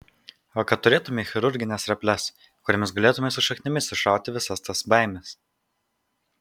o kad turėtumei chirurgines reples kuriomis galėtumei su šaknimis išrauti visas tas baimes